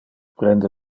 prende